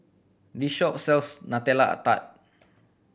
this shop sells Nutella Tart